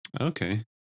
Okay